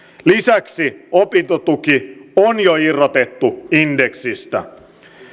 lisäksi opintotuki on jo irrotettu indeksistä